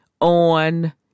on